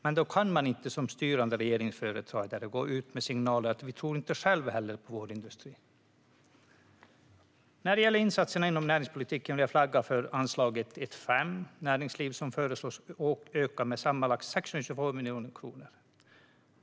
Men då kan man inte som styrande regeringsföreträdare gå ut med signalen att vi inte själva tror på vår industri. När det gäller insatser inom näringspolitiken vill jag flagga för anslaget 1:5 Näringslivsutveckling , som föreslås ökas med sammanlagt ca 622 miljoner kronor.